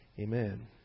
Amen